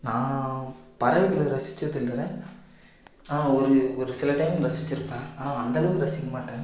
நான் பறவைகளை ரசிச்சது இல்லை ஆனால் ஒரு ஒரு சில டைம் ரசிச்சிருப்பேன் ஆனால் அந்த அளவுக்கு ரசிக்க மாட்டேன்